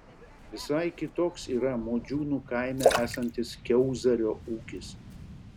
visai kitoks yra modžiūnų kaime esantis kiauzario ūkis